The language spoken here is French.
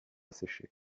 sécher